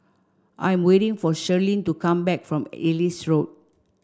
I'm waiting for Shirlene to come back from Ellis Road